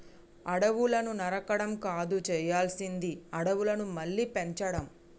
అడవులను నరకడం కాదు చేయాల్సింది అడవులను మళ్ళీ పెంచడం